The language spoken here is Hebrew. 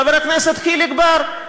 חבר הכנסת חיליק בר,